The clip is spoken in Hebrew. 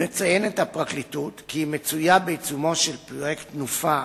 מציינת הפרקליטות כי היא מצויה בעיצומו של פרויקט תנופ"ה,